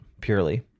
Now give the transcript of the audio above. purely